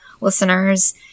listeners